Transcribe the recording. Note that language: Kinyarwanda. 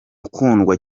ukundwa